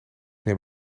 neem